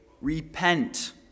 repent